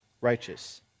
righteous